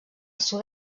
sud